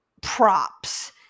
props